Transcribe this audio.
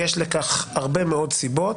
ויש לכך הרבה מאוד סיבות.